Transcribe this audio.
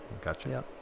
gotcha